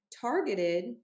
targeted